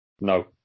No